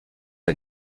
are